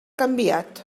canviat